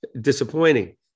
disappointing